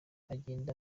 agenda